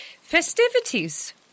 festivities